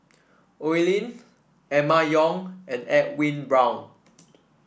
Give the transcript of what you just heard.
Oi Lin Emma Yong and Edwin Brown